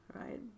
right